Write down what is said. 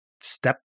step